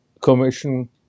Commission